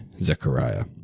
Zechariah